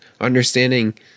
understanding